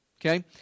okay